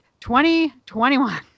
2021